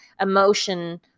emotion